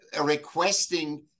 requesting